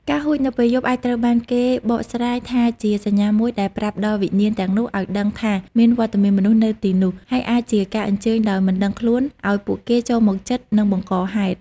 ការហួចនៅពេលយប់អាចត្រូវបានគេបកស្រាយថាជាសញ្ញាមួយដែលប្រាប់ដល់វិញ្ញាណទាំងនោះឲ្យដឹងថាមានវត្តមានមនុស្សនៅទីនោះ ហើយអាចជាការអញ្ជើញដោយមិនដឹងខ្លួនឲ្យពួកគេចូលមកជិត និងបង្កហេតុ។